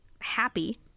happy